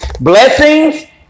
Blessings